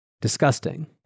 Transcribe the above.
Disgusting